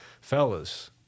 Fellas